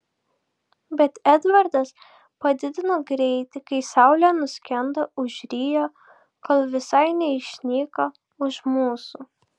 bet edvardas padidino greitį kai saulė nuskendo už rio kol visai neišnyko už mūsų